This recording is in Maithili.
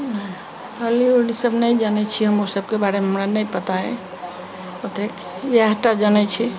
हॉलीवुड सब नहि जानै छियै हम उ सबके बारेमे हमरा नहि पता अइ ओतेक इएह टा जानै छी